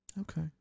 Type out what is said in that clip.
Okay